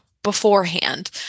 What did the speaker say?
beforehand